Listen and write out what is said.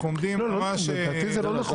רלוונטי.